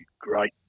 great